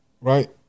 right